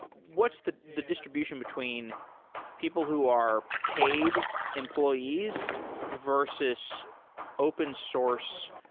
what's the the distr ibution between people who are paid employees versus open source